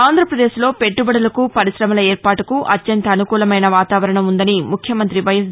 ఆంధ్రప్రదేశ్లో పెట్లుబడులకు పరిశమల ఏర్పాటుకు అత్యంత అనుకూలమైన వాతావరణం ఉందని ముఖ్యమంత్రి వైఎస్